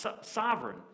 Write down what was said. sovereign